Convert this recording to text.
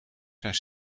zijn